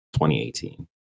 2018